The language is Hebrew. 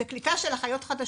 זו קליטה של אחיות חדשות.